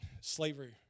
slavery